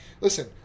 listen